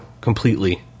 completely